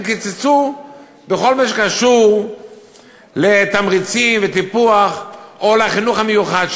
אם קיצצו בכל מה שקשור לתמריצים וטיפוח או לחינוך המיוחד,